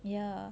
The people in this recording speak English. ya